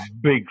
big